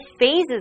phases